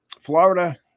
Florida